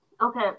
Okay